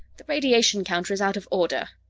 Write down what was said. the radiation counter is out of order,